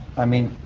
i mean,